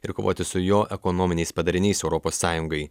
ir kovoti su jo ekonominiais padariniais europos sąjungai